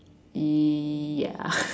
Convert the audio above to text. ya